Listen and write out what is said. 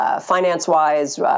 finance-wise